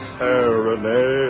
serenade